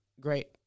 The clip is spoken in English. Great